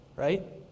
Right